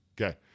Okay